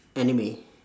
anime